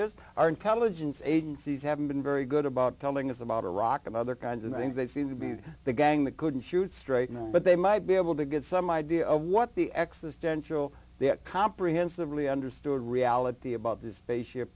is our intelligence agencies have been very good about telling us about iraq and other kinds of things they seem to be in the gang that couldn't shoot straight but they might be able to get some idea of what the x is dental that comprehensively understood reality about this space ship